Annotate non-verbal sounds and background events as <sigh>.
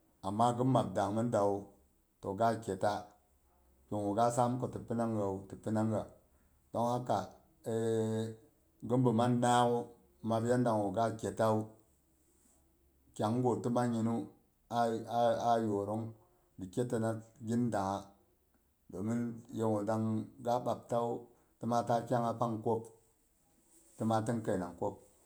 Ama gin map dang mi dawu, toh ga keta, kigu ga saam ko ti pina gawu ta pinungha. Don haka <hesitation> gin bi mang naak ghu map yanda gwu ga ketawu. Kyang gwu ti mang ginu a a yorong gi ketina gin dangha domin, yegu dang ga bapta wu, tima ta kyangha pang pwok, tima tin keinang pwok.